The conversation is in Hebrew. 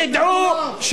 תפתור את